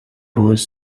was